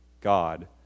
God